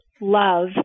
love